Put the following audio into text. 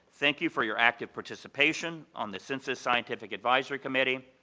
thank you for your active participation on the census scientific advisory committee.